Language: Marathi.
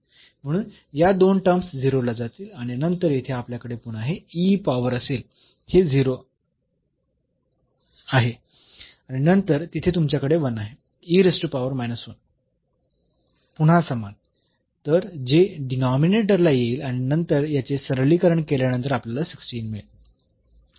म्हणून या दोन टर्म्स 0 ला जातील आणि नंतर येथे आपल्याकडे पुन्हा हे e पॉवर असेल हे 0 आहे आणि नंतर तिथे तुमच्याकडे 1 आहे तर पुन्हा समान तर जे डीनॉमिनेटरला येईल आणि नंतर याचे सरलीकरण केल्यानंतर आपल्याला 16 मिळेल